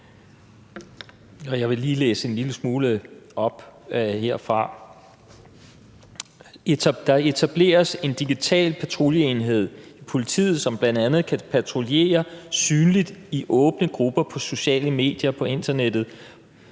jeg lige vil læse en lille smule op fra, indgår følgende: »... der etableres en digital patruljeenhed i politiet, som bl.a. kan patruljere synligt i åbne grupper på sociale medier på internettet